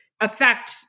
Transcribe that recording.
affect